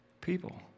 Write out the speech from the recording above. people